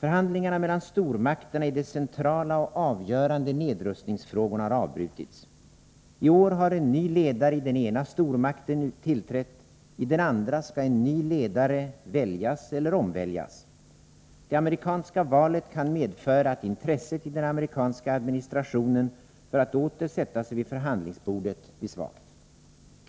Förhandlingarna mellan stormakterna i de centrala och avgörande nedrustningsfrågorna har avbrutits. I år har en ny ledare i den ena stormakten tillträtt, i den andra skall en ny ledare väljas eller omväljas. Det amerikanska valet kan medföra att intresset i den amerikanska administrationen för att åter sätta sig vid förhandlingsbordet blir svagt.